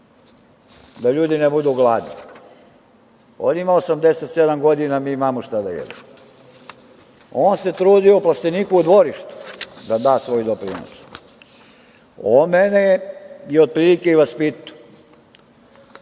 da ljudi ne budu gladni. On ima 87 godina, mi imamo šta da jedemo. On se trudio u plasteniku u dvorištu da da svoj doprinos. On je mene i vaspitao,